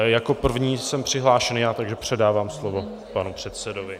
Jako první jsem přihlášený já, takže předávám slovo panu předsedovi.